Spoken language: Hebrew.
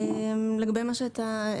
לגבי דבריך.